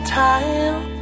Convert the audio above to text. time